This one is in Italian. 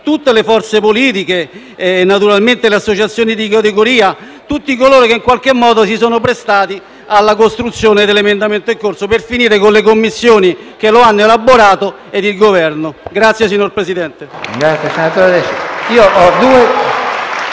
Scusi, signor Presidente.